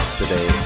today